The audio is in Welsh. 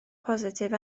positif